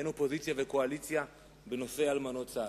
אין אופוזיציה וקואליציה בנושא אלמנות צה"ל.